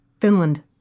Finland